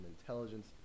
intelligence